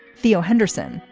theo henderson,